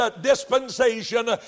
dispensation